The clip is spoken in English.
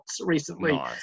recently